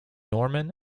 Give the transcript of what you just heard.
norman